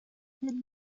سلول